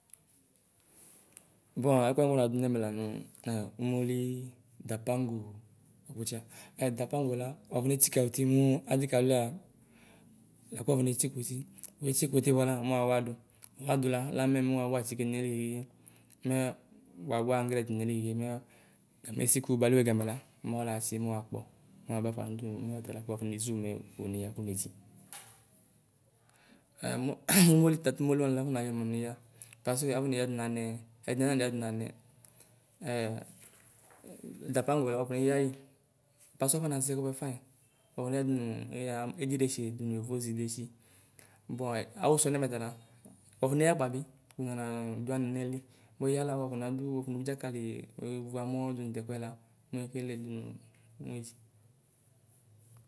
Bua ɛkuɛ afɔnadu nɛmɛ la nu''hm''umoli dapaŋgo, ɔkutsɛ. Ɛ dapaŋgoe la wuafone tsikɔuti muu adi kaluiaa laku wufonetsikuti. wuetsikuti buala mɛ wuawadu. wuawadula lamɛ mɛ wuawatikedu nayili ɣeɣe, mɛ wuawa aŋgrɛ du nayiliɣeɣe mɛ gamesi ku baliwe gamɛla, mɛwualaatsi mɛ wuakpo mɛ wuabafa nudunu mɛ ɔtalaku wuafɔneʒu mɛ wuafɔneyɔ kumedʒi. Ɛ''hm''umoli tatumoli wani mua afɔnayɔmɛ noya? Pasee afɔneyɔ du nanɛɛ ɛdini aneyɔ du nanɛ. Ɛdapaŋgo la wuafoneyɔyi pasee afɔna ʒiɣa bafa mɛ wueyɔdunu ɩɣaɛ edidetsie dunu yovoʒidetsi. Bua awusɛ nɛmɛ tala wuafoneya akpabi wunanaa duanɛ nayili. Wueyɔla wuafɔnadu wuafonewu dzakali. wuevu amɔɔ dunu tɛkuɛ la mɛ wue keledu mɛ wuedzi.